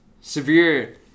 severe